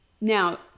Now